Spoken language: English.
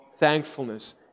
thankfulness